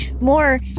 more